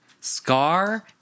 Scar